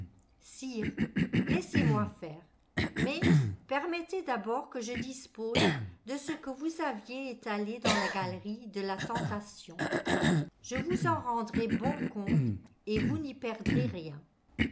sire laissez-moi faire mais permettez d'abord que je dispose de ce que vous aviez étalé dans la galerie de la tentation je vous en rendrai bon compte et vous n'y perdrez rien